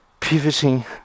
pivoting